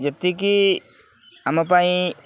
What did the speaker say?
ଯେତିକି ଆମ ପାଇଁ